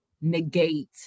negate